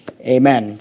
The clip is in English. Amen